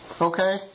okay